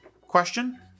question